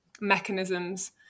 mechanisms